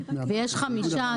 ויש חמישה,